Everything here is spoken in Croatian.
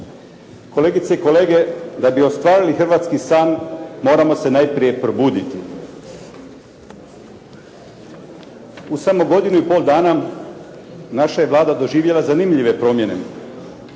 Kolegice i kolege, da bi ostvarili hrvatski san moramo se najprije probuditi. U samo godinu i pol dana naša je Vlada doživjela zanimljive promjene.